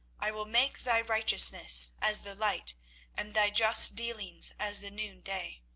i will make thy righteousness as the light and thy just dealings as the noonday